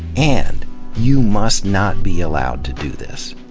and you must not be allowed to do this.